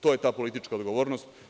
To je ta politička odgovornost.